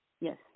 Yes